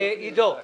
עידו.